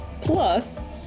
plus